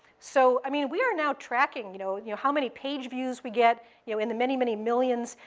so, i mean, we are now tracking you know you know how many page views we get you know in the many, many millions.